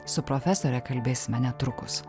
su profesore kalbėsime netrukus